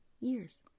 years